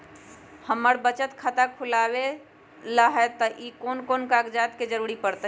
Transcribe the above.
हमरा बचत खाता खुलावेला है त ए में कौन कौन कागजात के जरूरी परतई?